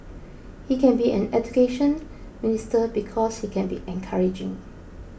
he can be an Education Minister because he can be encouraging